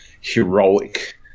heroic